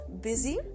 busy